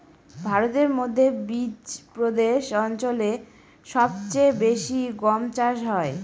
ভারতের মধ্যে বিচপ্রদেশ অঞ্চলে সব চেয়ে বেশি গম চাষ হয়